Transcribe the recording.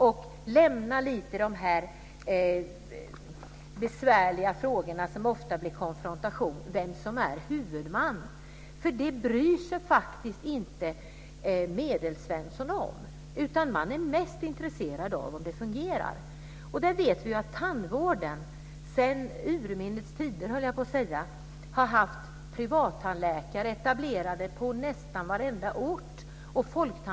Vi ska lämna de besvärliga frågorna om vem som är huvudman och som det ofta blir konfrontation om. De frågorna bryr sig inte Medelsvensson om. Medelsvensson är mest intresserad av om det hela fungerar. Vi vet att det sedan urminnes tider har funnits privattandläkare och folktandvård etablerade på nästan varenda ort.